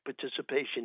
participation